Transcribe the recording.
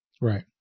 Right